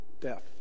Death